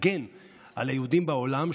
להגן על היהודים בעולם,